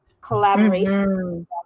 collaboration